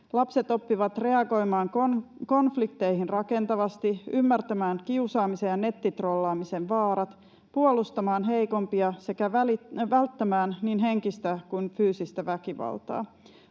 ”Lapset oppivat reagoimaan konflikteihin rakentavasti, ymmärtämään kiusaamisen ja nettitrollaamisen vaarat, puolustamaan heikompia sekä välttämään niin henkistä kuin fyysistä väkivaltaa.